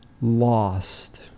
lost